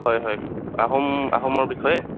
হয় হয় আহোম আহোমৰ বিষয়ে